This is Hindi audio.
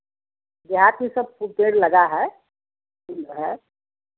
देहात में सब फूल पेड़ लगा है